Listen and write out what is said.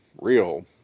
real